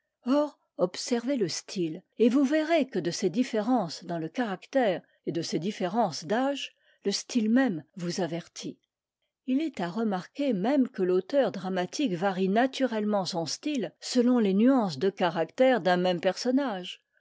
or observez le style et vous verrez que de ces différences dans le caractère et de ces différences d'âge le style même vous avertit il est à remarquer même que l'auteur dramatique varie naturellement son style selon les nuances de caractère d'un même personnage